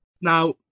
Now